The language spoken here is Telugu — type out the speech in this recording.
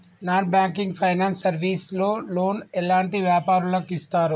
నాన్ బ్యాంకింగ్ ఫైనాన్స్ సర్వీస్ లో లోన్ ఎలాంటి వ్యాపారులకు ఇస్తరు?